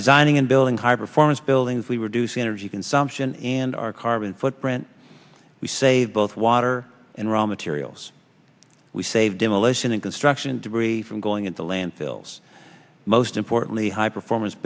designing and building high performance buildings we reduce energy consumption and our carbon footprint we save both water and raw materials we save demolition and construction debris from going into landfills most importantly high performance